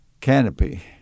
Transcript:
canopy